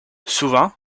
souvent